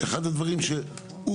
שאחד הדברים שהוא,